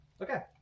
Okay